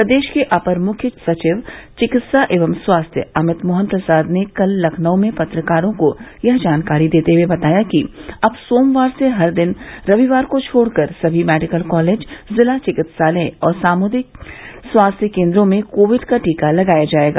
प्रदेश के अपर मुख्य सचिव चिकित्सा एवं स्वास्थ्य अमित मोहन प्रसाद ने कल लखनऊ में पत्रकारों को यह जानकारी देते हुए बताया कि अब सोमवार से हर दिन रविवार को छोड़कर सभी मेडिकल कॉलेज जिला चिकित्सालय और सामूदायिक स्वास्थ्य केन्द्रों में कोविड का टीका लगाया जायेगा